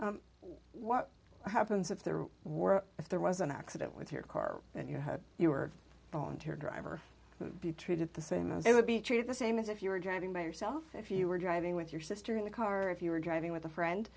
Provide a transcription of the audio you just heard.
what happens if there were if there was an accident with your car and your home you were on tour driver would be treated the same as it would be treated the same as if you were driving by yourself if you were driving with your sister in the car or if you were driving with a friend